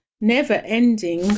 never-ending